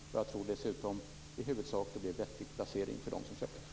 Jag tror dessutom att det i huvudsak blev en vettig placering för dem som köpte.